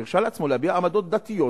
שהרשה לעצמו עמדות דתיות,